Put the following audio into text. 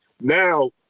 now